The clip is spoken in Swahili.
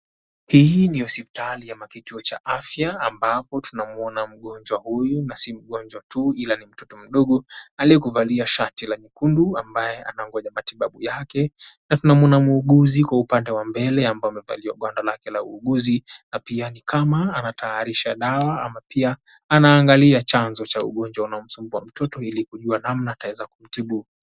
Hii ni hospitali ama kituo cha afya ambapo tunamuona mgonjwa huyu na si mgonjwa tu ila ni mtoto mdogo aliyekuvalia shati la nyekundu ambaye anangoja matibabu yake na tunamuona muuguzi kwa upande wa mbele ambae amevalia gwanda lake la uuguzi na pia ni kama anataarisha dawa ama pia anaangalia chanzo cha ugonjwa unaomsumbua mtoto ili kujua namna ataeza kuutibu.